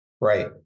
Right